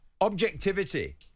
Objectivity